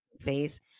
face